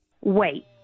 Wait